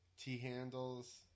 T-handles